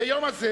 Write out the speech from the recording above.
ביום הזה